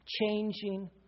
changing